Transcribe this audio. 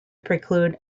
preclude